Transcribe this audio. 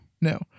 No